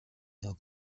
راه